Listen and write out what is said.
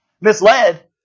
misled